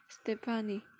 Stephanie